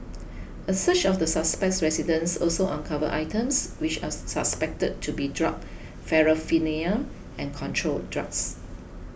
a search of the suspect's residence also uncovered items which are suspected to be drug paraphernalia and controlled drugs